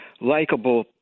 likable